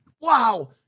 wow